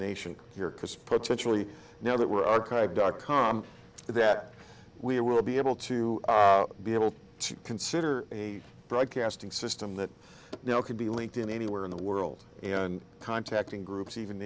chris potentially now that we're archive dot com that we will be able to be able to consider a broadcasting system that could be linked in anywhere in the world and contacting groups even